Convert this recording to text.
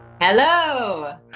Hello